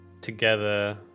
together